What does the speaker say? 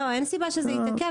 לא, אין סיבה שזה יתעכב.